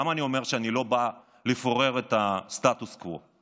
למה אני אומר שאני לא בא לפורר את הסטטוס קוו?